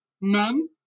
men